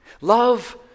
Love